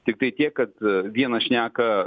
tiktai tiek kad viena šneka